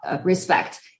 respect